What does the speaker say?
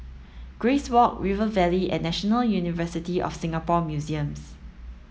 Grace Walk River Valley and National University of Singapore Museums